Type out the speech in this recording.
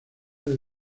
del